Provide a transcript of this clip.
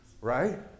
Right